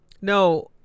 No